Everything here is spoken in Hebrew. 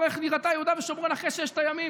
איך נראו יהודה ושומרון אחרי ששת הימים.